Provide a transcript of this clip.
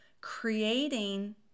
creating